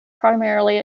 primarily